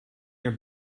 your